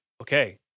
okay